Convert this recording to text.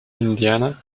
indiana